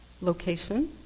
Location